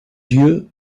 yeux